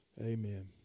amen